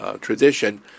tradition